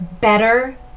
better